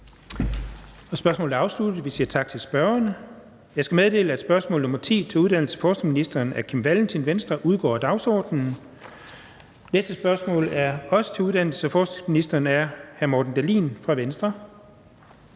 Spørgsmålet er afsluttet. Vi siger tak til spørgerne. Jeg skal meddele, at spørgsmål nr. 10 til uddannelses- og forskningsministeren af Kim Valentin, Venstre, udgår af dagsordenen. Næste spørgsmål (spm. nr. S 683) er også til uddannelses- og forskningsministeren, og det er af hr. Morten Dahlin fra Venstre.